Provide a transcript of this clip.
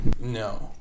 No